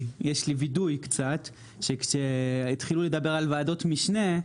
יש לי וידוי קצת שכשהתחילו לדבר על וועדות משנה,